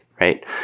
right